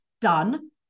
done